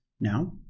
Now